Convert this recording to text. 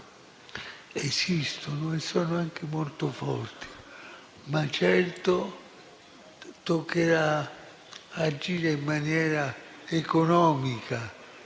esistano e siano anche molto forti, ma certo bisognerà agire in maniera economica